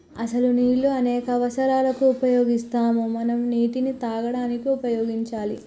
అసలు నీళ్ళు అనేక అవసరాలకు ఉపయోగిస్తాము మనం నీటిని తాగడానికి ఉపయోగించాలి